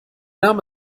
name